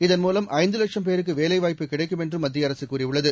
இதன்மூலம் ஐந்து லட்சம் பேருக்கு வேலைவாய்ப்பு கிடக்கும் என்றும் மத்திய அரசு கூறியுள்ளது